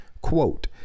Quote